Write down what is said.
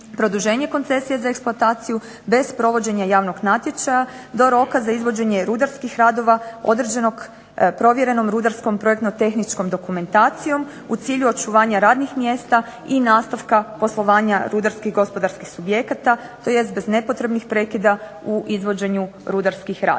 Produženje koncesije za eksploataciju bez provođenja javnog natječaja do roka za izvođenje rudarskih radova određenog provjerenom rudarskom projektno-tehničko dokumentacijom u cilju očuvanja radnih mjesta i nastavka poslovanja rudarskih gospodarskih subjekata tj. bez nepotrebnih prekida u izvođenju rudarskih radova.